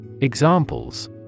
Examples